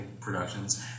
productions